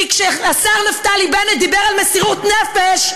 כי כשהשר נפתלי בנט דיבר על מסירות נפש,